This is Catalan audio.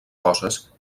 coses